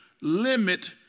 limit